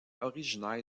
originaire